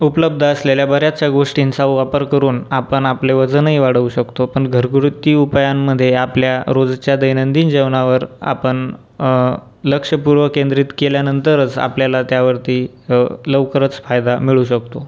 उपलब्ध असलेल्या बऱ्याचशा गोष्टींचा वापर करून आपण आपले वजनही वाढवू शकतो पण घरगुती उपायांमध्ये आपल्या रोजच्या दैनंदिन जेवणावर आपण लक्षपूर्वक केंद्रित केल्यानंतरच आपल्याला त्यावरती लवकरच फायदा मिळू शकतो